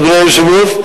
אדוני היושב-ראש,